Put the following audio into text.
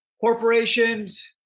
Corporations